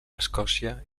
escòcia